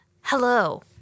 hello